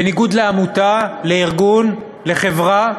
בניגוד לעמותה, לארגון, לחברה,